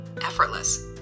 effortless